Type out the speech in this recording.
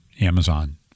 Amazon